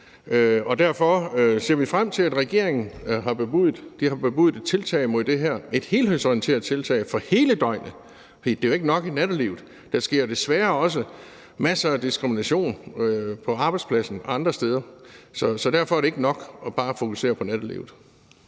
Derfor ser vi frem til det tiltag, regeringen har bebudet – et helhedsorienteret tiltag for hele døgnet, for det er jo ikke nok kun at fokusere på nattelivet. Der sker desværre også masser af diskrimination på arbejdspladsen og andre steder, så derfor er det ikke nok bare at fokusere på nattelivet.